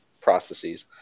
processes